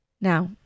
Now